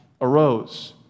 arose